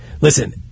Listen